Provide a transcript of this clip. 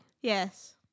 Yes